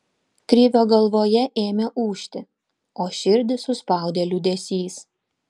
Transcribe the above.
krivio galvoje ėmė ūžti o širdį suspaudė liūdesys